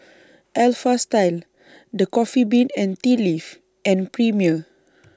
Alpha Style The Coffee Bean and Tea Leaf and Premier